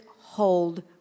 hold